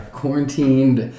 quarantined